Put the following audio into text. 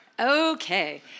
Okay